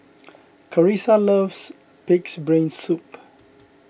Karissa loves Pig's Brain Soup